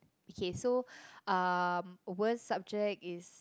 okay so um worst subject is